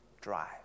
drive